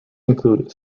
include